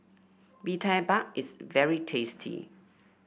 Bee Tai Mak is very tasty